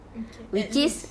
okay bat in